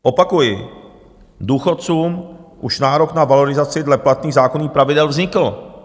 Opakuji, důchodcům už nárok na valorizaci dle platných zákonných pravidel vznikl.